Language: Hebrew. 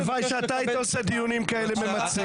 הלוואי שאתה היית עושה דיונים כאלה ממצים.